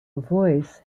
voice